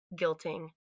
guilting